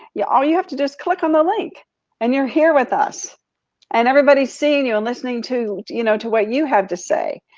yeah all you have to just click on the link and you're here with us and everybody's seeing you and listening to you know to what you have to say.